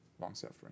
long-suffering